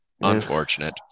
Unfortunate